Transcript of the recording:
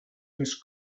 més